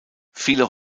viele